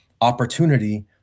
opportunity